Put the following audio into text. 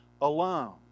alone